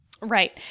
right